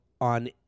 on